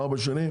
4 שנים,